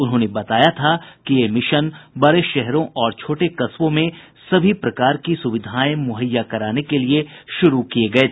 उन्होंने बताया था कि ये मिशन बड़े शहरों और छोटे कस्बों में सभी प्रकार की सुविधाएं मुहैया कराने के लिए शुरू किए गए थे